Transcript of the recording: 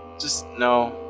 just, no.